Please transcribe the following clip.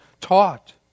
taught